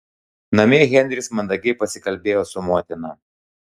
namie henris mandagiai pasikalbėjo su motina